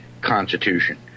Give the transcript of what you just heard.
constitution